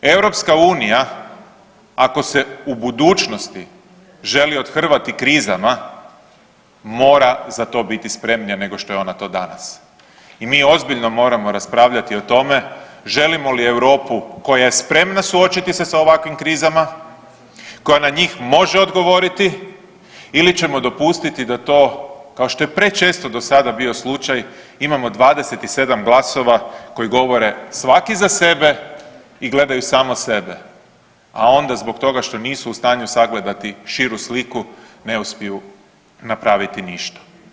EU, ako se u budućnosti želi othrvati krizama, mora za to biti spremnija nego što je ona to danas i mi ozbiljno raspravljati o tome želimo li Europu koja je spremna suočiti se sa ovakvim krizama, koja na njih može odgovoriti ili ćemo dopustiti da to, kao što je prečesto do sada bio slučaj, imamo 27 glasova koji govore svaki za sebe i gledaju samo sebe, a onda zbog toga što nisu u stanju sagledati širu sliku, ne uspiju napraviti ništa.